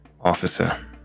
officer